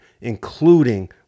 including